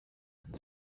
und